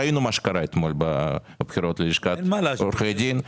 ראינו מה שקרה אתמול בבחירות ללשכת עורכי הדין.